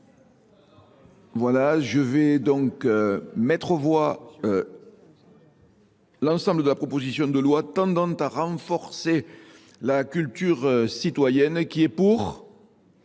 Voilà, je vais donc mettre au voie l'ensemble de la proposition de loi tendante à renforcer la culture citoyenne qui est pour